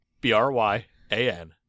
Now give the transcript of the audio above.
B-R-Y-A-N